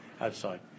outside